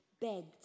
begged